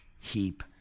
heap